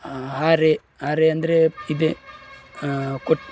ಹಾರೆ ಹಾರೆ ಅಂದರೆ ಇದೇ ಕೊಟ್ಟು